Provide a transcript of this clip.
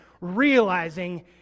realizing